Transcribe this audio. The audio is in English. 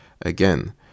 Again